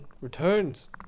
Returns